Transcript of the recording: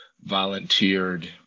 volunteered